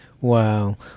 Wow